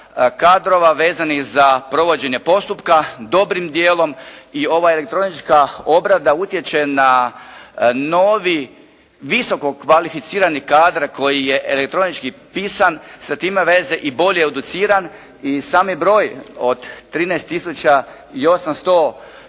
kadrova vezanih za provođenje postupka, dobrim dijelom i ova elektronička obrada utječe na novi visoko kvalificirani kadar koji je elektronički pisan, sa time veze i bolje educiran i sami broj od 13